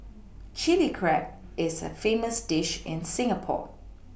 Chilli Crab is a famous dish in Singapore